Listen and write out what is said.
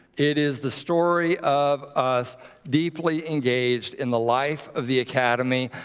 it is the story of us deeply engaged in the life of the academy.